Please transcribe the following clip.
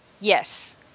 yes